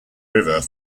river